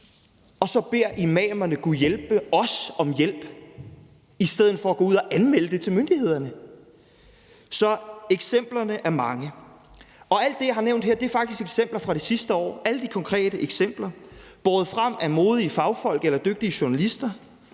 Og så beder imamerne gudhjælpemig os om hjælp i stedet for at gå ud og anmelde det til myndighederne. Så eksemplerne er mange. Og alt det, jeg har nævnt her, er faktisk eksempler fra det sidste år – konkrete eksempler båret frem af modige fagfolk eller dygtige journalister.